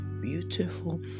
beautiful